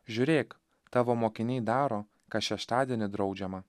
žiūrėk tavo mokiniai daro kas šeštadienį draudžiama